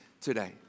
today